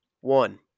one